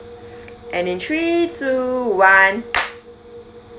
and in three two one